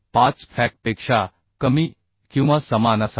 45fck पेक्षा कमी किंवा समान असावा